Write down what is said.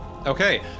Okay